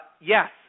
Yes